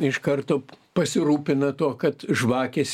iš karto pasirūpina tuo kad žvakės